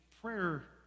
prayer